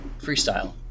freestyle